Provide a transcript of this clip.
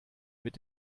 mit